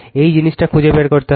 এই জিনিসটা খুঁজে বের করতে হবে